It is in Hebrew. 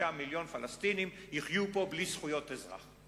5 מיליוני פלסטינים יחיו פה בלי זכויות אזרח.